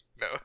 No